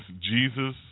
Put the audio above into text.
Jesus